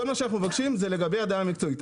כל מה שאנחנו מבקשים הוא לגבי הדעה המקצועית.